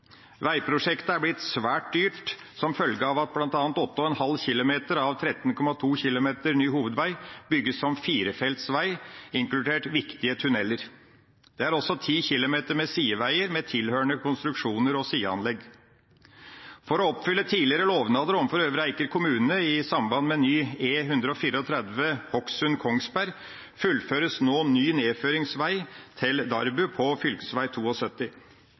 Veiprosjektet er blitt svært dyrt, bl.a. som følge av at 8,5 km av 13,2 km ny hovedvei bygges som firefelts vei, inkludert viktige tunneler. Det er også 10 km med sideveier, med tilhørende konstruksjoner og sideanlegg. For å oppfylle tidligere lovnader overfor Øvre Eiker kommune i samband med ny E134 Hokksund–Kongsberg fullføres nå ny nedføringsvei til Darbu på